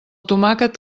tomàquet